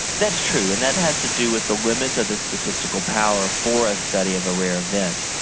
that's true and that has to do with the limits of the statistical power for a study of a rare event.